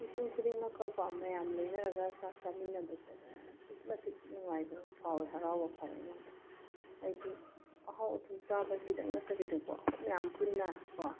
ꯃꯤꯄꯨꯝ ꯈꯨꯗꯤꯡꯃꯛꯀꯀꯣ ꯃꯌꯥꯝ ꯂꯣꯏꯅꯔꯒ ꯆꯥꯛ ꯆꯥꯃꯤꯟꯅꯕꯁꯦ ꯑꯗꯨꯛꯀꯤ ꯃꯇꯤꯛ ꯅꯨꯡꯉꯥꯏꯕ ꯐꯥꯎꯋꯦ ꯍꯔꯥꯎꯕ ꯐꯥꯎꯋꯦ ꯑꯩꯉꯣꯟꯗ ꯍꯥꯏꯗꯤ ꯑꯍꯥꯎ ꯑꯊꯨꯝ ꯆꯥꯕꯒꯤꯗꯪ ꯅꯠꯇꯕꯤꯗꯀꯣ ꯑꯩꯈꯣꯏ ꯃꯌꯥꯝ ꯄꯨꯟꯅ ꯀꯣ